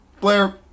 Blair